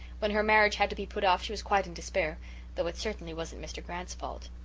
when her marriage had to be put off she was quite in despair though it certainly wasn't mr. grant's fault.